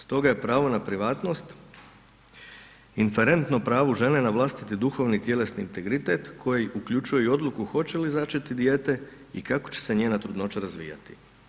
Stoga je pravo na privatnost inferentno pravu žene na vlastiti duhovni i tjelesni integritet koji uključuje i odluku hoće li začeti dijete i kako će se njena trudnoća razvijati.